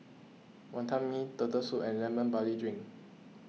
Wantan Mee Turtle Soup and Lemon Barley Drink